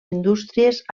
indústries